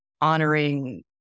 honoring